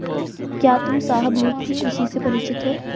क्या तुम शाहबलूत की कृषि से परिचित हो?